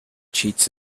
cheats